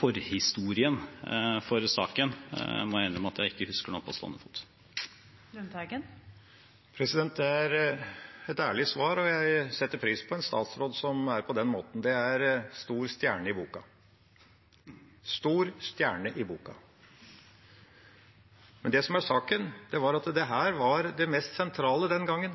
forhistorien til saken må jeg innrømme at jeg ikke husker på stående fot. Det er et ærlig svar, og jeg setter pris på en statsråd som er på den måten. Det gir en stor stjerne i boka – en stor stjerne i boka! Saken er at dette var det mest sentrale den gangen.